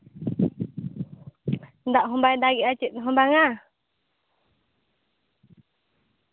ᱫᱟᱜ ᱦᱚᱸ ᱵᱟᱭ ᱫᱟᱜᱮᱜᱼᱟ ᱪᱮᱫ ᱦᱚᱸ ᱵᱟᱝᱟ